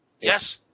Yes